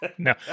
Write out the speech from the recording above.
No